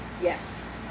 Yes